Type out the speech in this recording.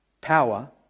power